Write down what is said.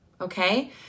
Okay